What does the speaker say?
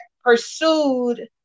pursued